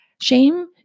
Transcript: Shame